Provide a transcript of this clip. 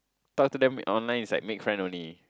talk to them online is like make friend only